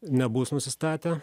nebus nusistatę